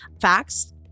Facts